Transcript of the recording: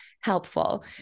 helpful